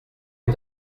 est